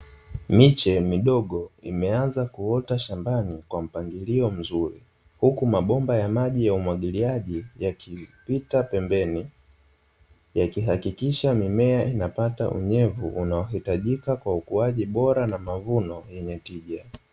Miche midogo imeanza kuota shambani kwa mpangilio mzuri, huku mabomba ya maji ya umwagiliaji yakipita pembeni, yakihakikisha mimea inapata unyevu unaohitajika kwa ukuaji bora na mavuno yenye tija.